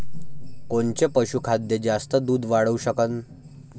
कोनचं पशुखाद्य जास्त दुध वाढवू शकन?